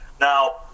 Now